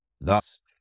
Thus